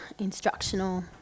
instructional